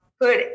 put